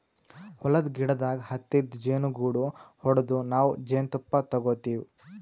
ಹೊಲದ್ದ್ ಗಿಡದಾಗ್ ಹತ್ತಿದ್ ಜೇನುಗೂಡು ಹೊಡದು ನಾವ್ ಜೇನ್ತುಪ್ಪ ತಗೋತಿವ್